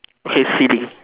okay silly